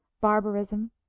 barbarism